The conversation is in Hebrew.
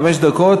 חמש דקות